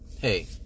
hey